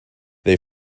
they